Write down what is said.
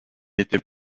était